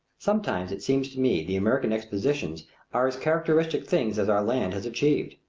sometimes it seems to me the american expositions are as characteristic things as our land has achieved.